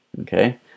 Okay